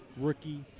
rookie